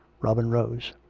robin rose.